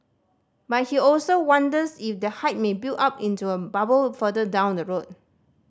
but he also wonders if the hype may build up into a bubble further down the road